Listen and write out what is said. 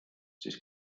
siis